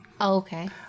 okay